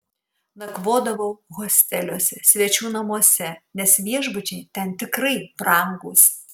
nakvodavau hosteliuose svečių namuose nes viešbučiai ten tikrai brangūs